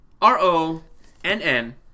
R-O-N-N